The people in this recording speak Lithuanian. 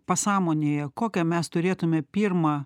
pasąmonėje kokią mes turėtume pirmą